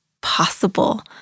possible